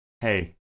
Hey